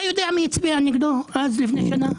אתה יודע מי הצביע נגדו לפני שנה?